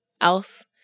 else